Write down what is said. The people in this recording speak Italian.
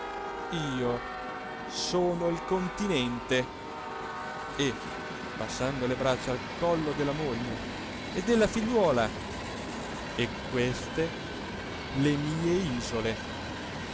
io sono il continente e passando le braccia al collo della moglie e della figliuola e queste le mie isole